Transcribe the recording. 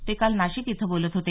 ते काल नाशिक इथं बोलत होते